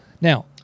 Now